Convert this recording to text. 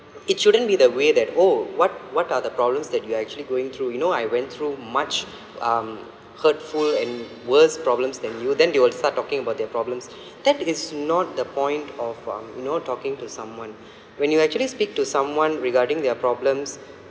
it shouldn't be the way that oh what what are the problems that you actually going through you know I went through much um hurtful and worse problems than you then they will start talking about their problems that is not the point of um you know talking to someone when you actually speak to someone regarding their problems